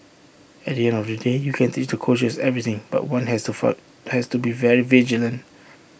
at the end of the day you can teach the coaches everything but one has to be fund has to be very vigilant